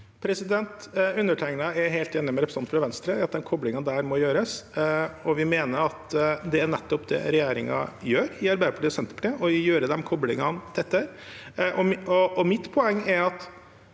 Undertegnede er helt enig med representanten fra Venstre i at den koblingen må gjøres, og vi mener at det er nettopp det regjeringen gjør, Arbeiderpartiet og Senterpartiet, at vi gjør disse koblingene tettere. Mitt poeng er at